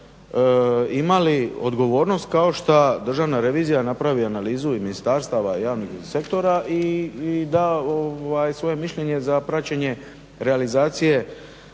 imali odgovornost kao šta državna revizija napravi analizu i ministarstava i javnog sektora i da svoje mišljenje za praćenje realizacije